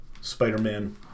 spider-man